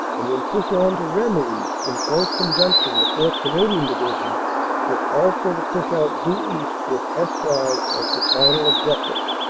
and then push on to ramillies. in close conjunction the fourth. canadian division was also to push out due east with eswars as the final objective.